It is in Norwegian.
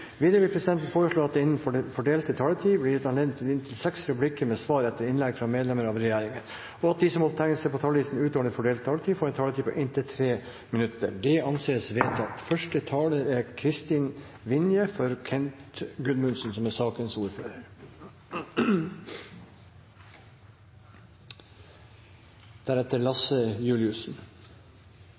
Videre vil presidenten foreslå at det blir gitt anledning til inntil seks replikker med svar etter innlegg fra medlem av regjeringen innenfor den fordelte taletid, og at de som måtte tegne seg på talerlisten utover den fordelte taletid, får en taletid på inntil 3 minutter. – Det anses vedtatt. Første taler er Kristin Vinje – for sakens ordfører, Kent Gudmundsen.